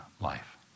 life